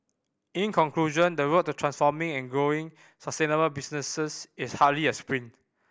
in conclusion the road to transforming and growing sustainable businesses is hardly a sprint